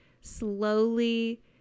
slowly